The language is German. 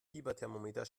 fieberthermometer